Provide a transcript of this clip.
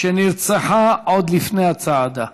שנרצחה עוד לפני הצעדה.